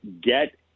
get